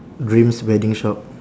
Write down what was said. dreams wedding shop